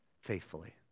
faithfully